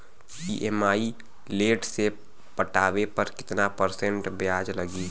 EMI late से पटावे पर कितना परसेंट ब्याज लगी?